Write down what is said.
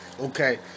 Okay